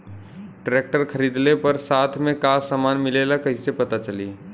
Tractor खरीदले पर साथ में का समान मिलेला कईसे पता चली?